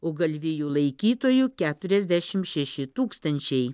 o galvijų laikytojų keturiasdešimt šeši tūkstančiai